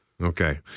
Okay